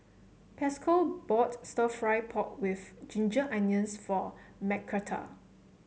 Pascal bought stir fry pork with Ginger Onions for Mcarthur